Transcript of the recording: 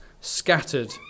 scattered